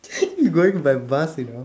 we going by bus you know